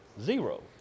Zero